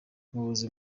umuyobozi